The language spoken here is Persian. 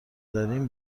دارین